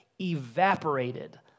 evaporated